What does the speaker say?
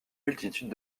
multitude